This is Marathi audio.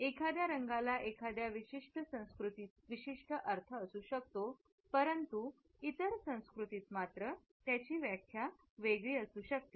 एखाद्या रंगाला एखाद्या विशिष्ट संस्कृती विशिष्ट अर्थ असू शकतो परंतु इतर संस्कृतीत मात्र त्याची वेगळी व्याख्या होऊ शकते